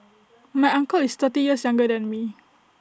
my uncle is thirty years younger than me